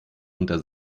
unter